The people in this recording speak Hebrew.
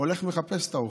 הולך לחפש את האורחים.